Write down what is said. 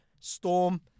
Storm